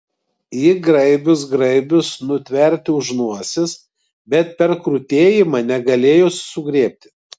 ji graibius graibius nutverti už nosies bet per krutėjimą negalėjus sugriebti